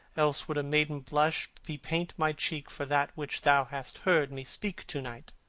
else would a maiden blush bepaint my cheek for that which thou hast heard me speak to-night